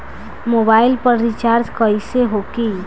Mobile पर recharge कैसे होखी?